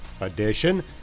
edition